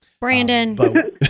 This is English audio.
Brandon